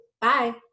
Bye